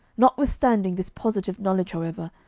notwithstanding this positive knowledge, however,